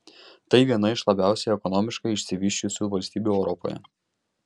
tai viena iš labiausiai ekonomiškai išsivysčiusių valstybių europoje